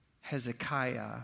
hezekiah